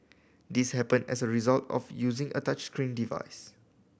this happened as a result of using a touchscreen device